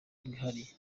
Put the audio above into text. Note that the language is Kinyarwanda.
bwihariye